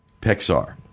Pixar